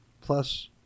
plus